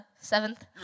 Seventh